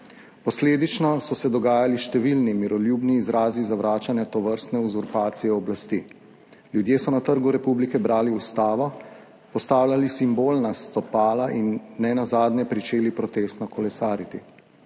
Posledično so se dogajali številni miroljubni izrazi zavračanja tovrstne uzurpacije oblasti, ljudje so na Trgu republike brali ustavo, postavljali simbolna stopala in nenazadnje pričeli protestno kolesariti.